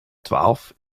twaalf